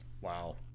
Wow